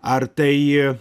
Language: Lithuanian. ar tai